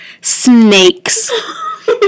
snakes